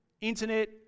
internet